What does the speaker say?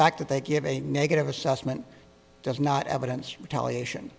fact that they give a negative assessment does not evidence retaliation